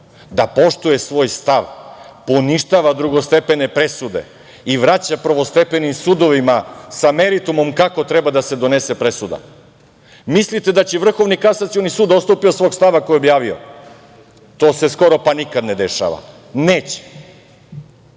da poštuje svoj stav, poništava drugostepene presude i vraća prvostepenim sudovima sa meritumom kako treba da se donese presuda. Mislite da će Vrhovni kasacioni sud da odstupi od svog stava koji je objavio? To se skoro pa nikad ne dešava. Neće. Sad